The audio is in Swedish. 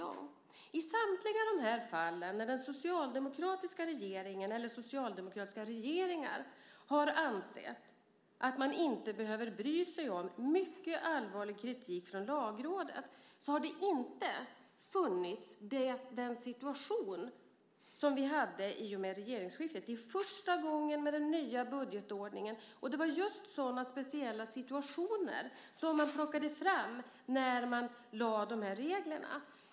Inte i något av de här fallen, när socialdemokratiska regeringar har ansett att man inte behöver bry sig om mycket allvarlig kritik från Lagrådet, har man haft den situation som vi hade i och med regeringsskiftet. Det är första gången med den nya budgetordningen. Det var just sådana speciella situationer som man plockade fram när man lade fast de här reglerna.